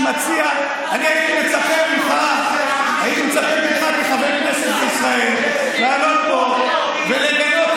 הייתי מצפה ממך כחבר כנסת בישראל לעלות לפה ולגנות